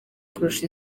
kurusha